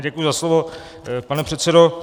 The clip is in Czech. Děkuji za slovo, pane předsedo.